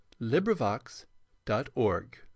LibriVox.org